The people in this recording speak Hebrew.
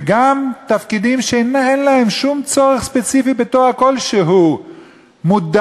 וגם בתפקידים שאין להם שום צורך ספציפי בתואר כלשהו מוגדר,